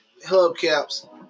hubcaps